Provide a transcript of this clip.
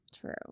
True